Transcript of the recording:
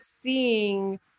seeing